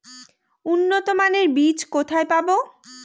উন্নতমানের বীজ কোথায় পাব?